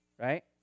right